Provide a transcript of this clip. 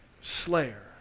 slayer